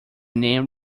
nan